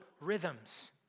rhythms